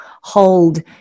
hold